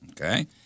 Okay